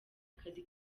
akazi